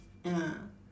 ya